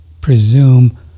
presume